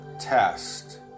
test